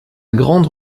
grande